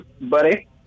buddy